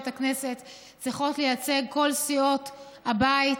את הכנסת צריכות לייצג כל סיעות הבית,